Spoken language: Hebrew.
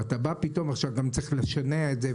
אתה בא פתאום ועכשיו גם צריך לשנע את זה,